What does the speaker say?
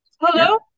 Hello